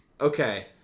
Okay